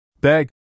Beg